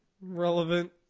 relevant